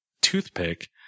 toothpick